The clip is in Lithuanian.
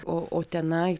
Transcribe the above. o o tenai